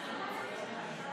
יברקן.